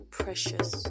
precious